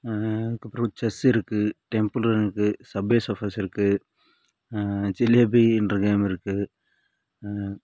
அதுக்கப்றம் செஸ் இருக்குது Temple Run இருக்குது சப்பே சஃப்ஃபர்ஸ் ஜிலேபி என்ற கேம் இருக்குது